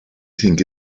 think